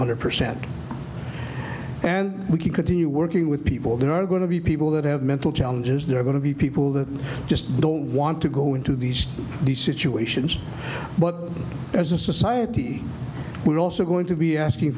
hundred percent and we can continue working with people there are going to be people that have mental challenges there are going to be people that just don't want to go into these situations but as a society we're also going to be asking